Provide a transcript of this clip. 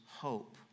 hope